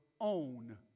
own